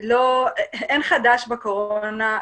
אין חדש בקורונה,